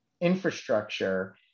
infrastructure